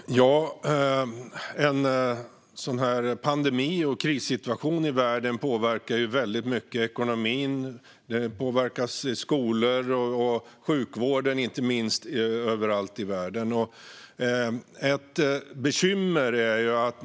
Fru talman! En sådan här pandemi och krissituation i världen påverkar ekonomin väldigt mycket, och det påverkar skolor och inte minst sjukvården överallt i världen.